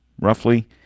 roughly